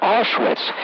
Auschwitz